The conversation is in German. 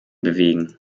bewegen